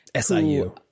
SIU